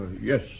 yes